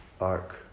arc